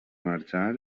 marxar